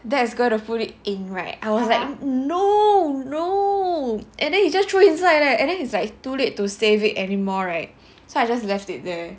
dad is going to put in right I was like no no and then he just throw it inside leh and then he's like too late to save it anymore right so I just left it there